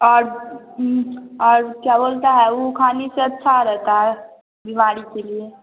और और क्या बोलता हैं ऊ खाने से अच्छा रहता है बीमारी के लिए